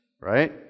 Right